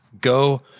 go